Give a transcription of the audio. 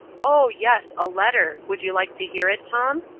oh, yes, a letter. would you like to hear it, tom?